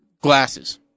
glasses